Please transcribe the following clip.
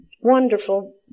wonderful